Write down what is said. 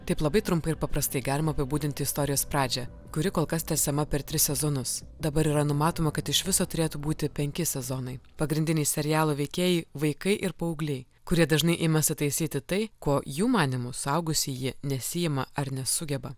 taip labai trumpai ir paprastai galima apibūdinti istorijos pradžią kuri kol kas tęsiama per tris sezonus dabar yra numatoma kad iš viso turėtų būti penki sezonai pagrindiniai serialo veikėjai vaikai ir paaugliai kurie dažnai imasi taisyti tai ko jų manymu suaugusieji nesiima ar nesugeba